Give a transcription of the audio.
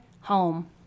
home